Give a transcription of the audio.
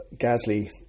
Gasly